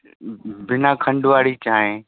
बिना खंडु वारी चांहि